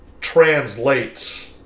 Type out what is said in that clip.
translates